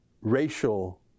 racial